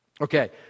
Okay